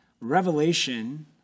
Revelation